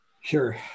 Sure